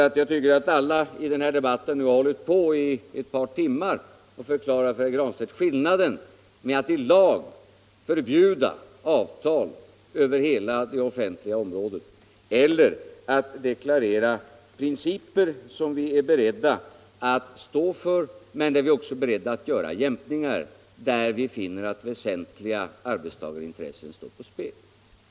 Alla har under ett par timmar av den här debatten hållit på att förklara för herr Granstedt skillnaden mellan att i lag förbjuda avtal över hela det offentliga området och att deklarera principer; vi är beredda att stå för dessa principer, men vi är också beredda att göra jämkningar där vi finner att väsentliga arbetstagarintressen står på spel.